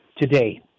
today